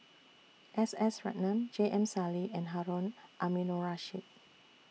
S S Ratnam J M Sali and Harun Aminurrashid